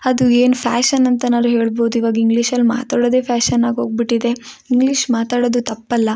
ಅದು ಏನು ಫ್ಯಾಷನಂತನಾರು ಹೇಳ್ಬೌದು ಇವಾಗ ಇಂಗ್ಲಿಷಲ್ಲಿ ಮಾತಾಡೋದೆ ಫ್ಯಾಷನ್ ಆಗೋಗಿಬಿಟ್ಟಿದೆ ಇಂಗ್ಲೀಷ್ ಮಾತಾಡೋದು ತಪ್ಪಲ್ಲ